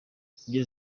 imbyino